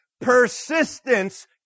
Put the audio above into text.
Persistence